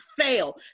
fail